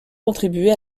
contribuer